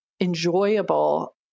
enjoyable